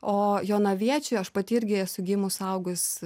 o jonaviečiai aš pati irgi esu gimus augus